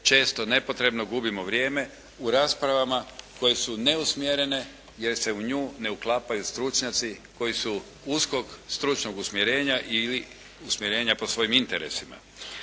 često nepotrebno gubimo vrijeme u raspravama koje su neusmjerene jer se u nju ne uklapaju stručnjaci koji su uskog, stručnog usmjerenja ili usmjerenja po svojim interesima.